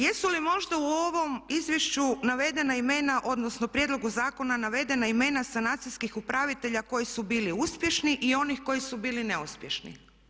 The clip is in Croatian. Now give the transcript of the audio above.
Jesu li možda u ovom izvješću navedena imena, odnosno u prijedlogu zakona navedena imena sanacijskih upravitelja koji su bili uspješni i onih koji su bili neuspješni.